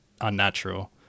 unnatural